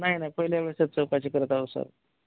नाही नाही पहिल्या वेळेसच चौकशी करत आहोत सर